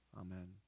Amen